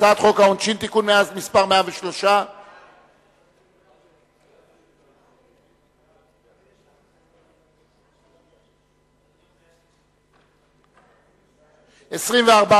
הצעת חוק העונשין (תיקון מס' 103). סעיפים 1 2 נתקבלו.